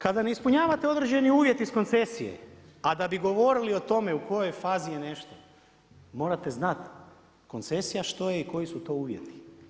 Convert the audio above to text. Kada ne ispunjavate određeni uvjete iz koncesije a da bi govorili o tome u kojoj fazi je nešto, morate znati koncesija što je i koji su to uvjeti.